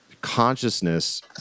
consciousness